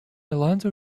alonzo